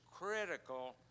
critical